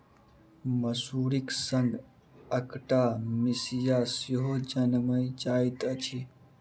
मसुरीक संग अकटा मिसिया सेहो जनमि जाइत अछि